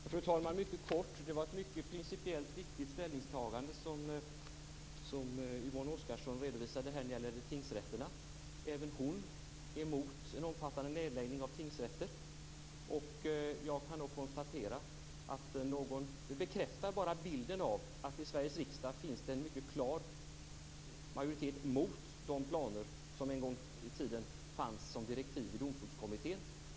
Fru talman! Mycket kort. Det var ett principiellt mycket viktigt ställningstagande som Yvonne Oscarsson redovisade när det gäller tingsrätterna. Även hon är emot en omfattande nedläggning av tingsrätter. Jag kan då konstatera att det bara bekräftar bilden av att det i Sveriges riksdag finns en mycket klar majoritet mot de planer som en gång i tiden fanns som direktiv i Domstolskommittén.